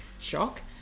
shock